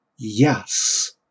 Yes